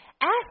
ask